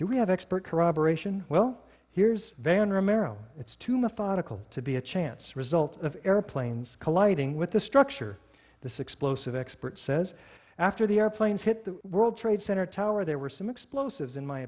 do we have expert corroboration well here's van romero it's too methodical to be a chance result of airplanes colliding with the structure this explosive expert says after the airplanes hit the world trade center tower there were some explosives in my